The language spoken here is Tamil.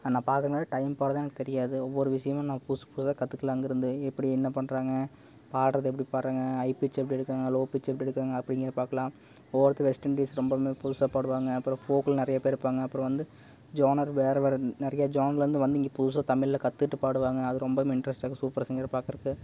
அதை நான் பார்க்கறங்காட்டி டைம் போகிறதே எனக்கு தெரியாது ஒவ்வொரு விஷயமும் நான் புதுசு புதுசாக கற்றுக்கலாம் அங்கேயிருந்து எப்படி என்ன பண்ணுறாங்க பாடுறது எப்படி பாடுறாங்க ஹை பிச் எப்படி எடுக்கிறாங்க லோ பிச் எப்படி எடுக்கிறாங்க அப்படிங்கிறத பார்க்கலாம் ஒவ்வொருத்தர் வெஸ்ட்டண்டிஸ் ரொம்பவுமே புதுசாக பாடுவாங்க அப்புறம் ஃபோக்கில் நிறையா பேர் இருப்பாங்க அப்புறம் வந்து ஜோனர் வேறு வேறு நிறையா ஜோன்லேருந்து வந்து இங்கே புதுசாக தமிழில் கற்றுட்டுப் பாடுவாங்க அது ரொம்பவுமே இன்ட்ரெஸ்ட்டாயிருக்கு சூப்பர் சிங்கர் பார்க்கறக்கு